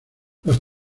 los